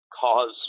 cause